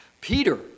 Peter